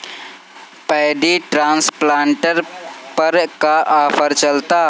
Paddy transplanter पर का offer चलता?